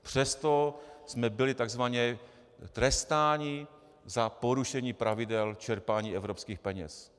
Přesto jsme byli tzv. trestáni za porušení pravidel čerpání evropských peněz.